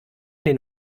den